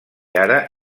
ara